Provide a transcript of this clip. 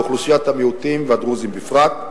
באוכלוסיית המיעוטים והדרוזים בפרט.